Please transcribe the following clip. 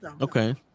Okay